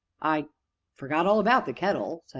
i forgot all about the kettle,